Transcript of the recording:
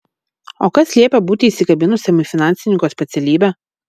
o kas liepia būti įsikabinusiam į finansininko specialybę